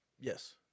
yes